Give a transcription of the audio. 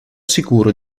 sicuro